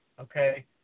okay